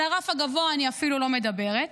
על הרף הגבוה אני אפילו לא מדברת,